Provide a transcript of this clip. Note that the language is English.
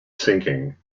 sinking